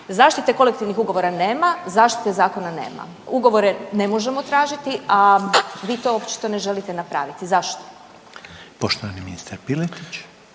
zaštite kolektivnih ugovora nema, zaštite zakona nema, ugovore ne možemo tražiti, a vi to očito ne želite napraviti. Zašto? **Reiner, Željko